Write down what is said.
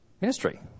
ministry